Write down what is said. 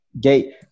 gate